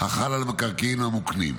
החל על המקרקעין המוקנים.